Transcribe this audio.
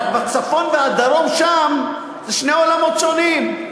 רק הצפון והדרום שם הם שני עולמות שונים.